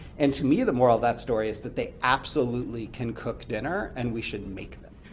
and to me, the moral of that story is that they absolutely can cook dinner, and we should make them.